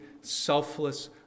selfless